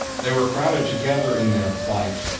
they were crowded together in their flight,